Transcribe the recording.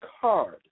card